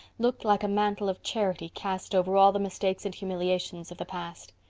looked like a mantle of charity cast over all the mistakes and humiliations of the past.